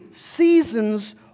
seasons